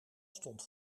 stond